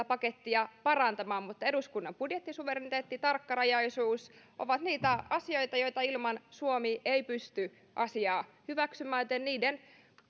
pakettia parantamaan mutta eduskunnan budjettisuvereniteetti tarkkarajaisuus ovat niitä asioita joita ilman suomi ei pysty asiaa hyväksymään joten niiden